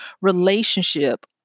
relationship